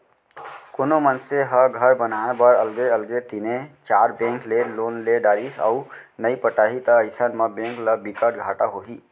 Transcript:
कोनो मनसे ह घर बनाए बर अलगे अलगे तीनए चार बेंक ले लोन ले डरिस अउ नइ पटाही त अइसन म बेंक ल बिकट घाटा होही